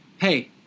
Hey